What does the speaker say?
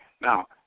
now